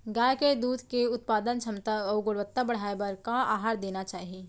गाय के दूध के उत्पादन क्षमता अऊ गुणवत्ता बढ़ाये बर का आहार देना चाही?